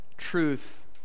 Truth